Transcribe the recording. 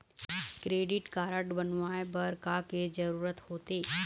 Credit card बनवाए बर का के जरूरत होते?